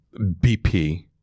BP